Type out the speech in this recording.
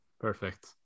Perfect